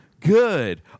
good